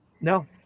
No